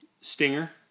Stinger